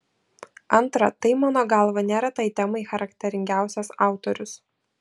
antra tai mano galva nėra tai temai charakteringiausias autorius